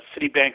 Citibank